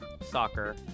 soccer